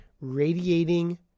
radiating